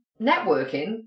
networking